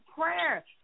prayer